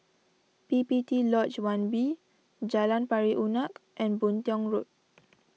P P T Lodge one B Jalan Pari Unak and Boon Tiong Road